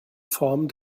form